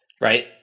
Right